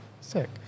Sick